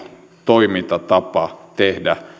toimintatapa tehdä